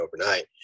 overnight